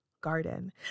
garden